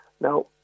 Now